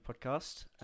Podcast